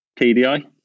TDI